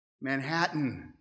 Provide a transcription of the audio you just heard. Manhattan